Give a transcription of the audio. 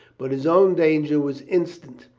but his own danger was instant.